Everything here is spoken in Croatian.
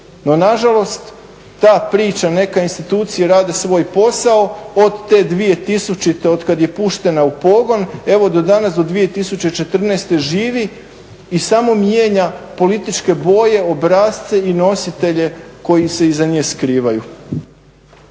No na žalost ta priča neka institucije rade svoj posao od te 2000. od kad je puštena u pogon evo do danas do 2014. živi i samo mijenja političke boje, obrasce i nositelje koji se iza nje skrivaju.